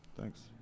Thanks